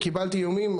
קיבלתי איומים.